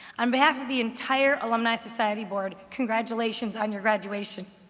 um behalf of the entire alumni society board, congratulations on your graduation.